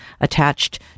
attached